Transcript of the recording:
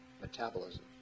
metabolism